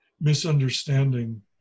misunderstanding